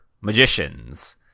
magicians